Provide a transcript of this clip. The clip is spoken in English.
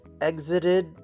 exited